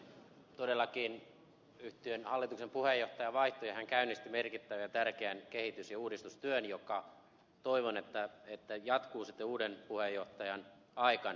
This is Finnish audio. todellakin yhtiön hallituksen puheenjohtaja vaihtui ja hän käynnisti merkittävän ja tärkeän kehitys ja uudistustyön jonka toivon jatkuvan uuden puheenjohtajan aikana